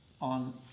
on